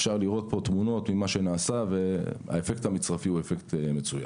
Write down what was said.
אפשר לראות פה תמונות ממה שנעשה והאפקט המצרפי הוא אפקט מצוין.